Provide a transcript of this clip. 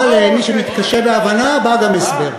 למי שמתקשה בהבנה בא גם הסבר.